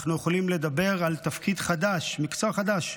אנחנו יכולים לדבר על תפקיד חדש, מקצוע חדש,